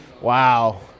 Wow